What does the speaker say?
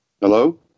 Hello